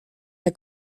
der